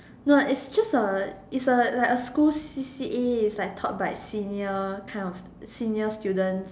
no is just a is a like a school C_C_A is like taught by senior kind of senior students